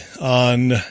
on